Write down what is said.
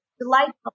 delightful